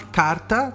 carta